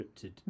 scripted